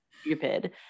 stupid